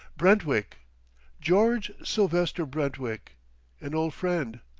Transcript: brentwick george silvester brentwick an old friend.